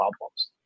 problems